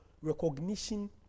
recognition